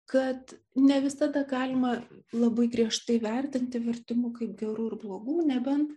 kad ne visada galima labai griežtai vertinti vertimų kaip gerų ir blogų nebent